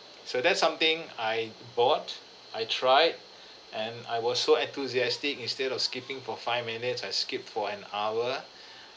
so that's something I bought I tried and I was so enthusiastic instead of skipping for five minutes I skip for an hour